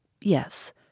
Yes